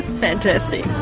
fantastic.